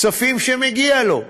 כספים שמגיעים לו,